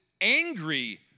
angry